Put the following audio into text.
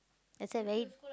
is that right